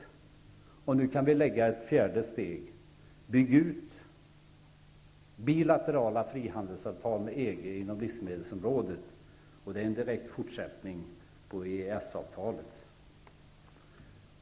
Nu kan vi dessutom lägga till ett fjärde steg: bilaterala frihandelsavtal med EG inom livsmedelsområdet, vilket är en direkt fortsättning på EES-avtalet.